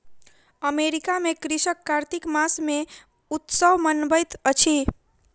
America में कृषक कार्तिक मास मे उत्सव मनबैत अछि